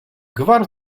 gwar